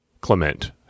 Clement